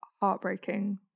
heartbreaking